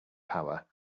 power